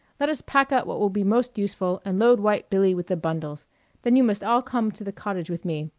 let us pack up what will be most useful, and load white billy with the bundles then you must all come to the cottage with me,